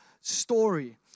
story